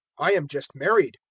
i am just married.